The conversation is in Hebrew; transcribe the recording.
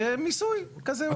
זה מיסוי כזה או אחר.